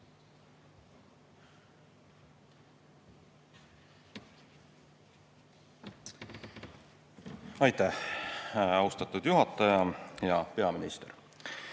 Aitäh, austatud juhataja! Hea peaminister!